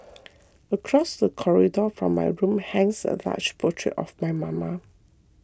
across the corridor from my room hangs a large portrait of my mama